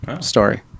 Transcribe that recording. story